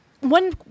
one